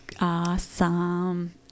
Awesome